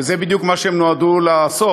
וזה בדיוק מה שהם נועדו לעשות,